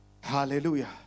Hallelujah